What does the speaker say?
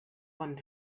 one